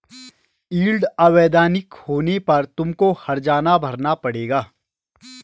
yield अवैधानिक होने पर तुमको हरजाना भरना पड़ेगा